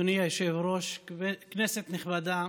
אדוני היושב-ראש, כנסת נכבדה,